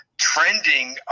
trending